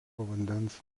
vandens